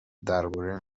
درباره